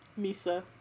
Misa